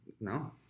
No